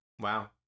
Wow